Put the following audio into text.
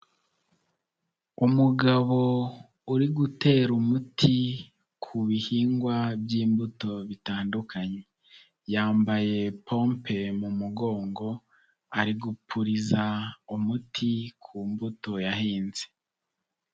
Umugabo uri gutera umuti ku bihingwa by'imbuto bitandukanye, yambaye pompe mu mugongo, ari gukuriza umuti ku mbuto yahinze.